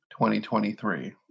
2023